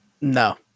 No